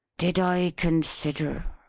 did i consider,